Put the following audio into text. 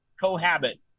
cohabit